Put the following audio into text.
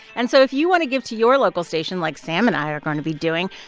and so if you want to give to your local station like sam and i are going to be doing,